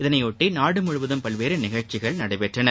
இதனையொட்டி நாடு முழுவதும் பல்வேறு நிகழ்ச்சிகள் நடைபெற்றன